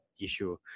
issue